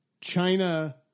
China